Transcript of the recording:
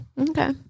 Okay